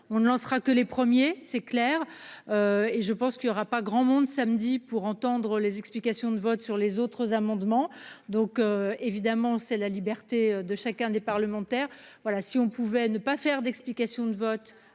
on ne lancera que les premiers, c'est clair et je pense qu'il n'aura pas grand monde, samedi, pour entendre les explications de vote sur les autres amendements, donc évidemment c'est la liberté de chacun des parlementaires voilà si on pouvait ne pas faire d'explication de vote